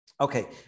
Okay